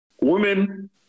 women